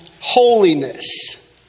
holiness